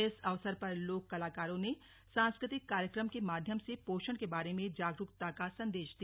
इस अवसर पर लोक कलाकारों ने सांस्कृतिक कार्यक्रम के माध्यम से पोषण के बारे में जागरुकता का संदेश दिया